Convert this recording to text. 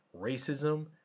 racism